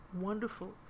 wonderful